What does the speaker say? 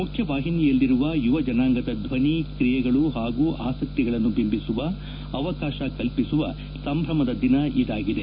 ಮುಖ್ಯವಾಹಿನಿಯಲ್ಲಿರುವ ಯುವ ಜನಾಂಗದ ಧ್ಲನಿ ಕ್ರಿಯೆಗಳು ಹಾಗೂ ಆಸೆಕ್ತಿಗಳನ್ನು ಬಿಂಬಿಸುವ ಅವಕಾಶ ಕಲ್ಪಿಸುವ ಸಂಭ್ರಮದ ದಿನ ಇದಾಗಿದೆ